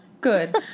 good